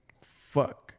Fuck